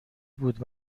بود